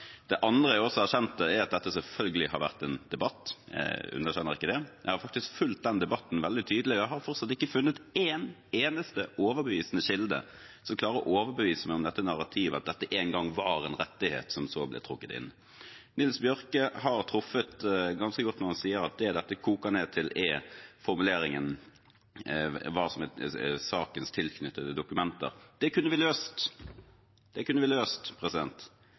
er at dette selvfølgelig har vært en debatt. Jeg underkjenner ikke det, jeg har faktisk fulgt den debatten veldig tydelig, og jeg har fortsatt ikke funnet en eneste overbevisende kilde som klarer å overbevise meg om dette narrativet, at dette en gang var en rettighet, som så ble trukket inn. Nils Bjørke har truffet ganske godt når han sier at det dette koker ned til, er formuleringen om hva som er sakens tilknyttede dokumenter. Det kunne vi løst